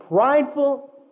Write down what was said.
prideful